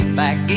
back